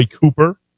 Cooper